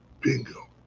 Bingo